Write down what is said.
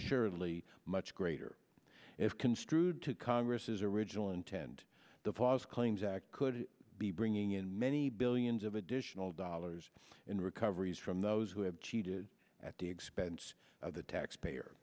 assuredly much greater if construed to congress's original intent the false claims act could be bringing in many billions of additional dollars in recoveries from those who have cheated at the expense of the taxpayer